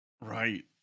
Right